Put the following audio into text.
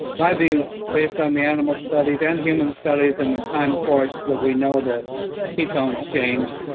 my view based on the animal studies, and human studies and the time course that we know that ketones change.